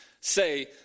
say